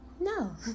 no